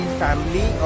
family